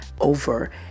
over